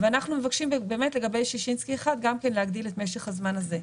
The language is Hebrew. ואנחנו מבקשים באמת לגבי ששינסקי 1 גם כן להגדיל את משך הזמן הזה.